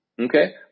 Okay